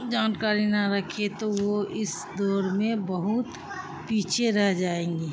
جانکاری نہ رکھے تو وہ اس دور میں بہت پیچھے رہ جائیں گے